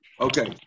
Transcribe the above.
Okay